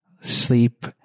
sleep